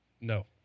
No